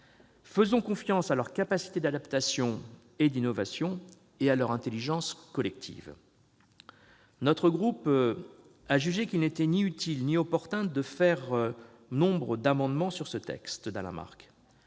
Faisons confiance à leur capacité d'adaptation et d'innovation et à leur intelligence collective. Mon groupe a jugé qu'il n'était ni utile ni opportun de déposer nombre d'amendements sur ce texte. Nous